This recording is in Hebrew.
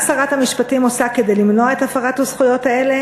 מה שרת המשפטים עושה כדי למנוע את הפרת הזכויות הזאת?